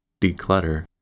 declutter